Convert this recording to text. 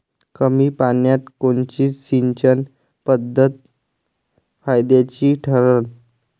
कमी पान्यात कोनची सिंचन पद्धत फायद्याची ठरन?